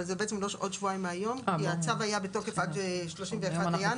אבל זה בעצם לא עוד שבועיים מהיום כי הצו היה בתוקף עד ה-31 בינואר.